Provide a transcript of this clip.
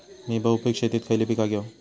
मी बहुपिक शेतीत खयली पीका घेव?